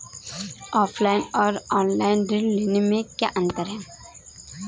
Offline और online ऋण लेने में क्या अंतर है?